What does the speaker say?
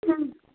ಹ್ಞೂ